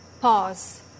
pause